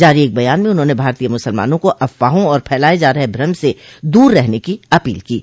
जारी एक बयान में उन्होंने भारतीय मुसलमानों को अफवाहों और फैलाये जा रहे भ्रम से दूर रहने की अपील की है